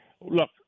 Look